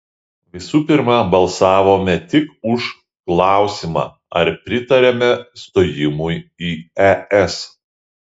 visų pirma balsavome tik už klausimą ar pritariame stojimui į es